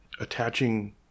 attaching